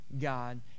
God